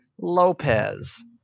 Lopez